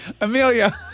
Amelia